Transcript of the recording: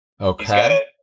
Okay